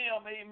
amen